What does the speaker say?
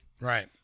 Right